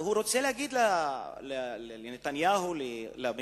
הוא צריך להגיד לנתניהו ולממשלה: